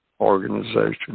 organization